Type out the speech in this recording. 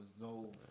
No